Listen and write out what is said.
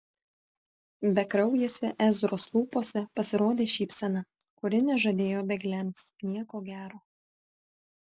bekraujėse ezros lūpose pasirodė šypsena kuri nežadėjo bėgliams nieko gero